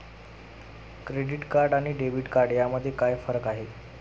Credit card आणि debit card यामध्ये काय फरक आहे?